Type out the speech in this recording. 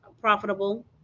profitable